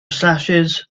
slashes